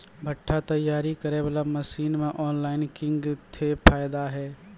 भुट्टा तैयारी करें बाला मसीन मे ऑनलाइन किंग थे फायदा हे?